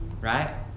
right